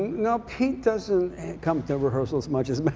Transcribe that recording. no, pete doesn't come to rehearsals much, as